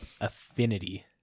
affinity